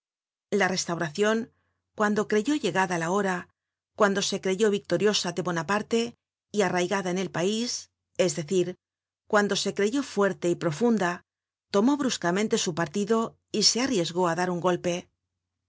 la restauracion cuando creyó llegada la hora cuando se creyó victoriosa de bonaparte y arraigada en el pais es decir cuando se creyó fuerte y profunda tomó bruscamente su partido y se arriesgó á dar un golpe